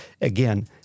again